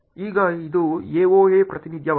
ಈಗ ಇದು AoA ಪ್ರಾತಿನಿಧ್ಯವಾಗಿದೆ